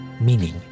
meaning